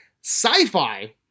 sci-fi